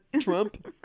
Trump